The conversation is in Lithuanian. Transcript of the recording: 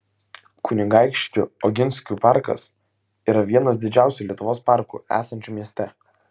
kunigaikščių oginskių parkas yra vienas didžiausių lietuvos parkų esančių mieste